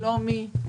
שלומי?